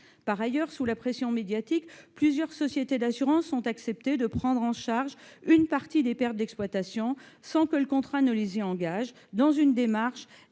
Par ailleurs, sous la pression médiatique, plusieurs sociétés d'assurance ont accepté de prendre en charge une partie des pertes d'exploitation, sans que le contrat les y engage, dans une démarche